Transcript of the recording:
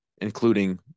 including